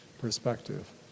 perspective